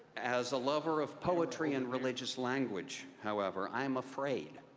as a lover of poetry and religious language, however, i am afraid,